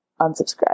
Unsubscribe